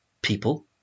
people